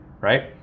right